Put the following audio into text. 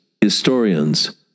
historians